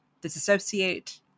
disassociate